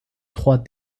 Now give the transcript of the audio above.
trois